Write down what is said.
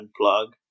unplug